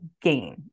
gain